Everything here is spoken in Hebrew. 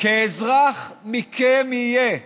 "כאזרח מכם יהיה